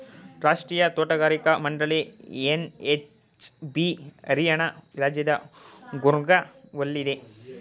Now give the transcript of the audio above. ರಾಷ್ಟ್ರೀಯ ತೋಟಗಾರಿಕಾ ಮಂಡಳಿ ಎನ್.ಎಚ್.ಬಿ ಹರಿಯಾಣ ರಾಜ್ಯದ ಗೂರ್ಗಾವ್ನಲ್ಲಿದೆ